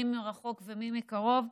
מי מרחוק ומי מקרוב.